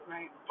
Right